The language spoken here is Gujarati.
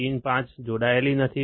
પિન 5 જોડાયેલ નથી